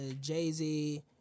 Jay-Z